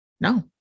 No